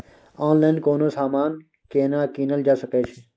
Online कोनो समान केना कीनल जा सकै छै?